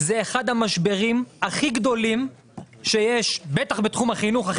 זה אחד המשברים הכי גדולים שיש בטח בתחום החינוך,